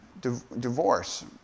divorce